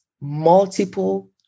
multiple